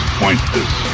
pointless